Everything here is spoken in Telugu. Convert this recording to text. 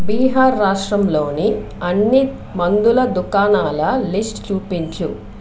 బీహార్ రాష్ట్రంలోని అన్ని మందుల దుకాణాల లిస్ట్ చూపించు